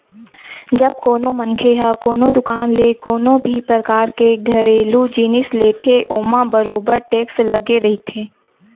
जब कोनो मनखे ह कोनो दुकान ले कोनो भी परकार के घरेलू जिनिस लेथे ओमा बरोबर टेक्स लगे रहिथे